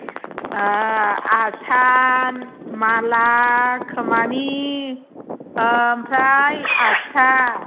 ओ आसान माला खोमानि आमफ्राय आस्थाम